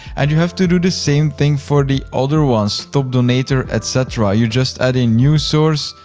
and you have to do the same thing for the other ones. top donator, et cetera. you just add a new source,